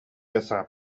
eza